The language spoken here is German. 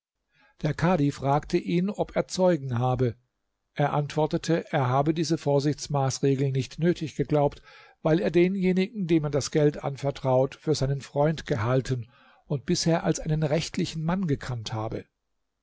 der kadhi fragte ihn ob er zeugen habe er antwortete er habe diese vorsichtmaßregel nicht nötig geglaubt weil er denjenigen dem er das geld anvertraut für seinen freund gehalten und bisher als einen rechtlichen mann gekannt habe